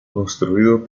construido